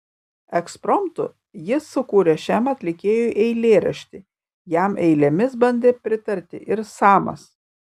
ekspromtu jis sukūrė šiam atlikėjui eilėraštį jam eilėmis bandė pritarti ir samas